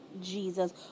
Jesus